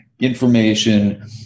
information